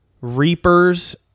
reapers